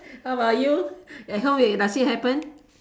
how about you at home you nothing happen